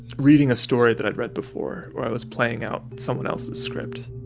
reading a story that i'd read before where i was playing out someone else's script.